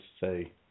say